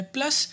Plus